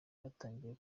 byatangiye